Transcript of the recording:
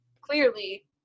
clearly